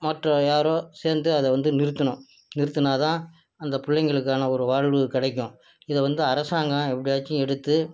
மற்ற யாரோ சேர்ந்து அதை வந்து நிறுத்தணும் நிறுத்துனால் தான் அந்த பிள்ளைங்களுக்கான ஒரு வாழ்வு கிடைக்கும் இதை வந்து அரசாங்கம் எப்படியாச்சிம் எடுத்து